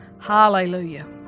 Hallelujah